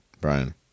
Brian